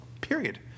Period